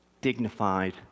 dignified